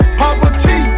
poverty